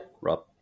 Rob